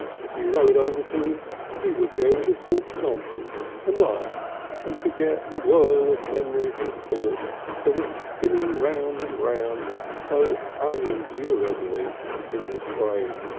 if he rode over to them he would be able to talk nonsense and laugh and forget the whirl of memories and thoughts that was spinning round and round so unendurably in his brain.